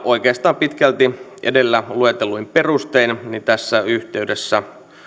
oikeastaan pitkälti edellä luetelluin perustein tässä yhteydessä